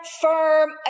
firm